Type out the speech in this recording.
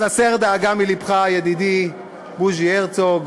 אז הסר דאגה מלבך, ידידי בוז'י הרצוג,